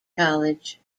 college